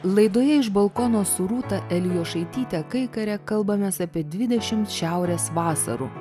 laidoje iš balkono su rūta elijošaityte kaikare kalbamės apie dvidešimt šiaurės vasarų